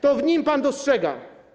To w nim pan dostrzega.